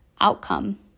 outcome